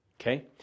Okay